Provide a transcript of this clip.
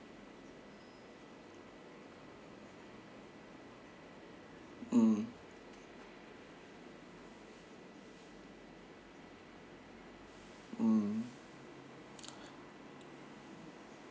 mm